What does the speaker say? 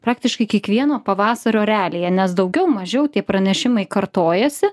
praktiškai kiekvieno pavasario realija nes daugiau mažiau tie pranešimai kartojasi